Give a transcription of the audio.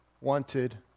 wanted